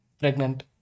Pregnant